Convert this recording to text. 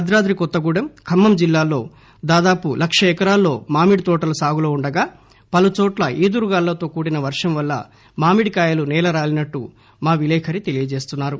భద్రాద్రి కొత్తగూడెం ఖమ్మం జిల్లాలో దాదాపు లక్ష ఎకరాల్లో మామిడి తోటలు సాగులో ఉండగా పలుచోట్ల ఈదురుగాలులతో కూడిన వర్షం వల్ల మామిడికాయలు సేలరాలినట్లు మా విలేఖరి తెలియ జేస్తున్నారు